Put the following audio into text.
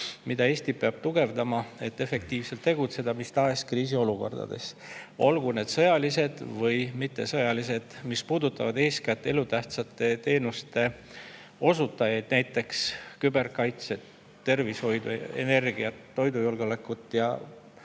mida Eesti peab tugevdama, et efektiivselt tegutseda mis tahes kriisiolukordades, olgu need sõjalised või mittesõjalised, mis puudutavad eeskätt elutähtsaid teenuseid, näiteks küberkaitset, tervishoidu, energiat, toidujulgeolekut ja